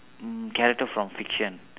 mm character from fiction